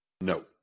No